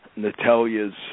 Natalia's